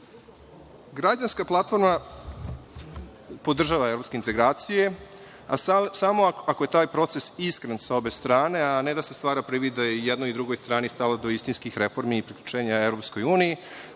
platforma podržava evropske integracije, samo ako je taj proces iskren sa obe strane, a ne da se stvara privid da je jednoj i drugoj strani stalo do istinskih reformi i priključenja EU,